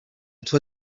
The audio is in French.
toi